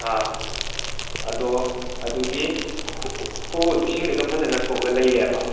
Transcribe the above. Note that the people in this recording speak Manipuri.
ꯑꯥ ꯑꯗꯣ ꯑꯗꯨꯒꯤ ꯍꯣꯕꯗꯨ ꯏꯁꯤꯡꯗꯤ ꯑꯗꯨꯝ ꯐꯖꯅ ꯊꯣꯛꯑꯒ ꯂꯩꯔꯦꯕ